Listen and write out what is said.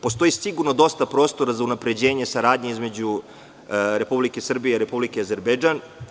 Postoji sigurno dosta prostora za unapređenje saradnje između Republike Srbije i Republike Azerbejdžan.